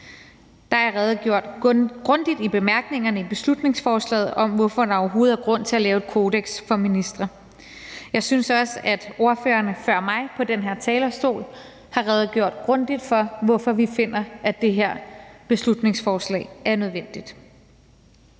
Der er redegjort grundigt i bemærkningerne til beslutningsforslaget om, hvorfor der overhovedet er grund til at lave et kodeks for ministre. Jeg synes også, at ordførerne før mig på den her talerstol har redegjort grundigt for, hvorfor vi finder, at det her beslutningsforslag er nødvendigt.